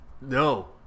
No